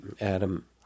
Adam